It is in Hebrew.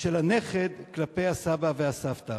של הנכד כלפי הסבא והסבתא.